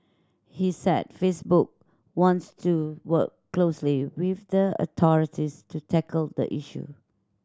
he said Facebook wants to work closely with the authorities to tackle the issue